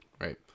right